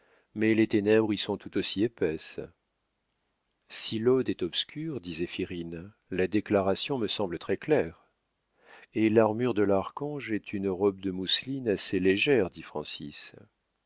mais les ténèbres y sont tout aussi épaisses si l'ode est obscure dit zéphirine la déclaration me semble très-claire et l'armure de l'archange est une robe de mousseline assez légère